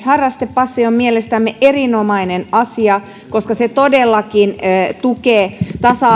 harrastepassi on mielestämme erinomainen asia koska se todellakin tukee tasa